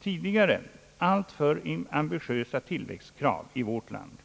Tidigare alltför ambitiösa tillväxtkrav i vårt land,